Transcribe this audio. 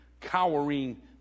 cowering